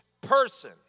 person